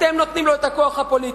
אתם נותנים לו את הכוח הפוליטי.